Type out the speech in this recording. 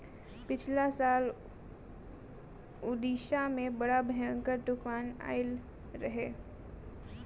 पिछला साल उड़ीसा में बड़ा भयंकर तूफान आईल रहे